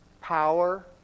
Power